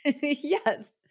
Yes